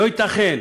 לא ייתכן